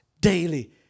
daily